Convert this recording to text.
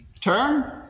turn